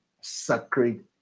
sacred